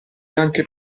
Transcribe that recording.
bianche